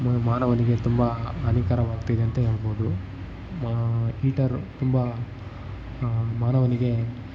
ಮಾನವನಿಗೆ ತುಂಬ ಹಾನಿಕರವಾಗ್ತಿದೆ ಅಂತ ಹೇಳ್ಬೋದು ಈಟರ್ ತುಂಬ ಮಾನವನಿಗೆ